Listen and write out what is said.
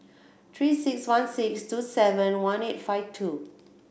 Three Six One six two seven one eight five two